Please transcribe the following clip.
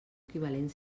equivalent